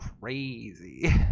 crazy